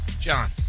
John